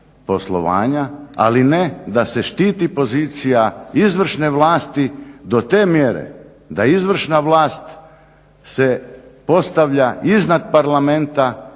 ali ne da se štiti pozicija izvršne vlasti do te mjere da izvršna vlast se postavlja iznad Parlamenta